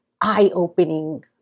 eye-opening